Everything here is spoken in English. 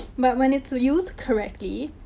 but, when it's used correctly,